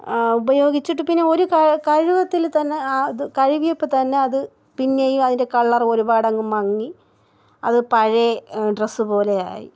ഉപയോഗിച്ചിട്ട് പിന്നെ ഒരു കഴുവത്തിൽ തന്നെ ആ അത് കഴുകിയപ്പോൾ തന്നെ അത് പിന്നെയും അതിന്റെ കളർ ഒരുപാടങ്ങ് മങ്ങി അത് പഴയ ഡ്രെസ് പോലെയായി